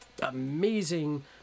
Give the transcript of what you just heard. amazing